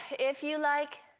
if you like.